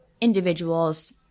individuals